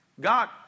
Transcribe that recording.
God